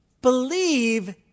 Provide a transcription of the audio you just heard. Believe